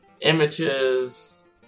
images